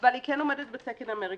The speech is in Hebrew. אבל היא כן עומדת בתקן האמריקאי.